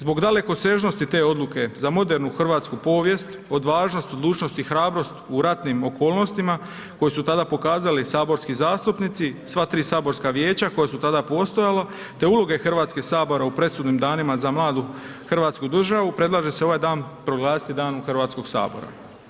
Zbog dalekosežnosti te odluke za modernu hrvatsku povijest, odvažnost, odlučnost i hrabrost u ratnim okolnostima koju su tada pokazali saborski zastupnici, sva tri saborska vijeća koja su tada postojala, te uloge Hrvatskih sabora u presudnim danima za mladu Hrvatsku državu predlaže se ovaj dan proglasiti Danom Hrvatskog sabora.